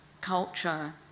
culture